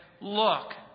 look